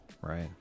Right